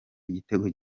igitego